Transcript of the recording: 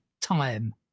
time